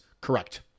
correct